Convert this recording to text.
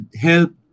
help